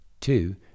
two